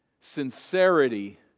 Sincerity